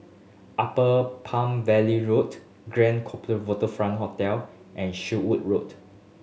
Upper Palm Valley Road Grand Copthorne Waterfront Hotel and Sherwood Road